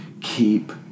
Keep